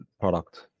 product